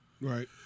Right